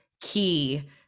key